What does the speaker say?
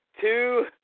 two